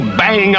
bang